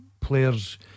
players